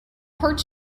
hurt